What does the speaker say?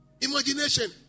Imagination